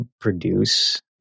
produce